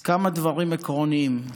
אז כמה דברים עקרוניים.